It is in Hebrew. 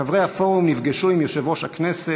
חברי הפורום ייפגשו עם יושב-ראש הכנסת,